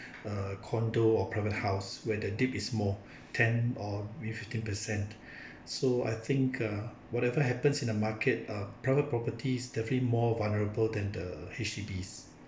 a condo or private house where the dip is more ten or maybe fifteen per cent so I think uh whatever happens in the market uh private properties definitely more vulnerable than the H_D_Bs